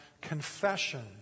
confession